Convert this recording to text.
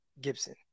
Gibson